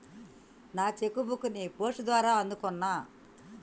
నా chequebook ని post ద్వారా అందుకున్నా